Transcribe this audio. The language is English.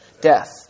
death